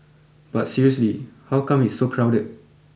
but seriously how come it's so crowded